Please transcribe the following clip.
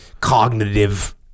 cognitive